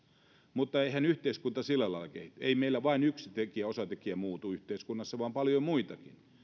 mutta eihän yhteiskunta sillä lailla kehity ei meillä vain yksi osatekijä muutu yhteiskunnassa vaan paljon muitakin